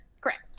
Correct